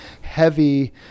heavy